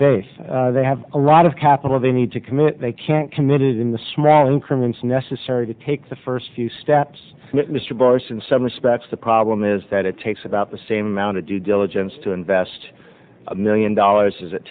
faith they have a lot of capital they need to commit they can't committed in the small increments necessary to take the first few steps mr barton suspects the problem is that it takes about the same amount of due diligence to invest a million dollars as it